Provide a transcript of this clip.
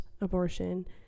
abortion